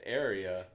area